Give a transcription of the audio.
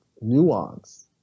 nuance